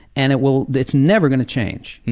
and it will, it's never going to change.